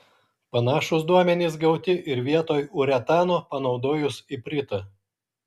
panašūs duomenys gauti ir vietoj uretano panaudojus ipritą